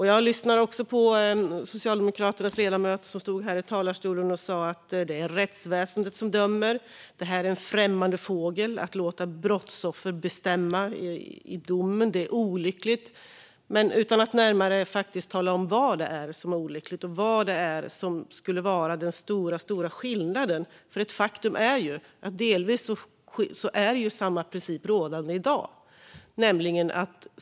Jag lyssnade på Socialdemokraternas ledamot, som sa i talarstolen att det är rättsväsendet som dömer, att det här är en främmande fågel och att det är olyckligt att man låter brottsoffer bestämma i domen - utan att närmare tala om vad det är som är olyckligt och vad som skulle vara den stora skillnaden. Faktum är ju att samma princip delvis råder i dag.